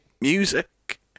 music